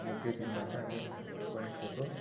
हामी त्यो दिनमा चाहिँ हामी परमेश्वरको